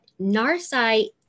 Narsai